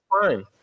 fine